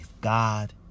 God